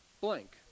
blank